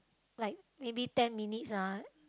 like maybe ten minutes ah